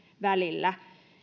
välillä